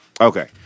Okay